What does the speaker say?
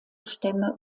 stämme